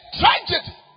tragedy